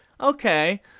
Okay